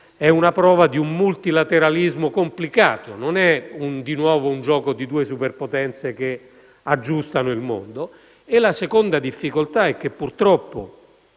è una prova di un multilateralismo complicato. Non è di nuovo un gioco di due superpotenze che aggiustano il mondo. Quanto alla seconda difficoltà, la situazione